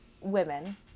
women